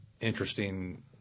interesting